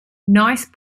nice